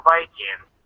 Vikings